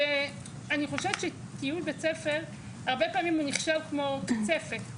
ואני חושבת שטיול בית ספר הרבה פעמים הוא נחשב כמו קצפת,